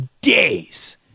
days